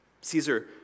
Caesar